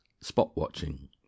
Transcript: spot-watching